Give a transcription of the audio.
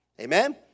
Amen